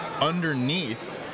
underneath